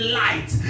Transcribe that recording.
light